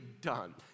done